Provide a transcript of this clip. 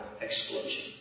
explosion